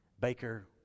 Baker